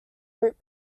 root